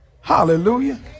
Hallelujah